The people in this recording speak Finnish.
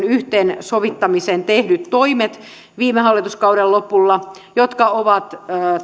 yhteensovittamiseen tehdyt toimet viime hallituskauden lopulla jotka ovat